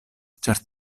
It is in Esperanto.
ĉar